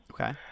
Okay